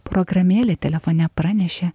programėlė telefone pranešė